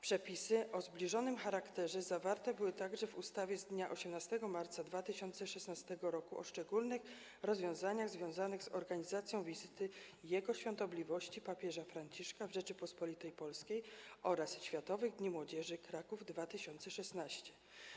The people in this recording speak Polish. Przepisy o zbliżonym charakterze zawarte były także w ustawie z dnia 18 marca 2016 r. o szczególnych rozwiązaniach związanych z organizacją wizyty Jego Świątobliwości Papieża Franciszka w Rzeczypospolitej Polskiej oraz Światowych Dni Młodzieży - Kraków 2016.